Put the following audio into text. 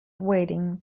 waiting